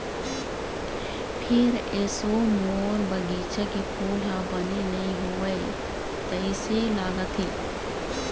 फेर एसो मोर बगिचा के फूल ह बने नइ होवय तइसे लगत हे